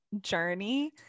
journey